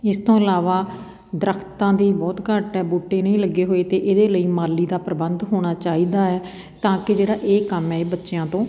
ਇਸ ਤੋਂ ਇਲਾਵਾ ਦਰਖਤਾਂ ਦੀ ਬਹੁਤ ਘੱਟ ਹੈ ਬੂਟੇ ਨਹੀਂ ਲੱਗੇ ਹੋਏ ਅਤੇ ਇਹਦੇ ਲਈ ਮਾਲੀ ਦਾ ਪ੍ਰਬੰਧ ਹੋਣਾ ਚਾਹੀਦਾ ਹੈ ਤਾਂ ਕਿ ਜਿਹੜਾ ਇਹ ਕੰਮ ਹੈ ਇਹ ਬੱਚਿਆਂ ਤੋਂ